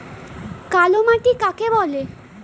কালো মাটি কাকে বলে?